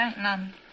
None